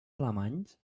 alemanys